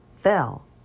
fell